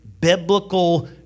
biblical